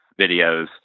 videos